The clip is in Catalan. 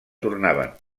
tornaven